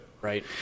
Right